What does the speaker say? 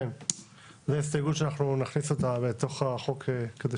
זו הסתייגות שנכניס אותה אל תוך הצעת החוק.